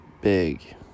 big